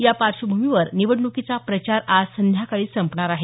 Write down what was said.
या पार्श्वभूमीवर निवडणुकीचा प्रचार आज संध्याकाळी संपणार आहे